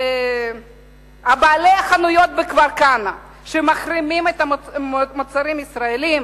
בעלי החנויות בכפר-כנא שמחרימים את המוצרים הישראליים,